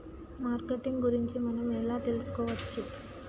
Marketing గురించి మనం ఎలా తెలుసుకోవచ్చు?